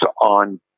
on